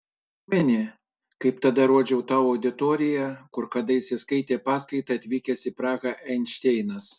prisimeni kaip tada rodžiau tau auditoriją kur kadaise skaitė paskaitą atvykęs į prahą einšteinas